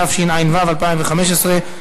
התשע"ו 2015,